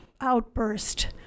outburst